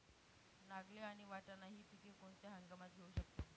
नागली आणि वाटाणा हि पिके कोणत्या हंगामात घेऊ शकतो?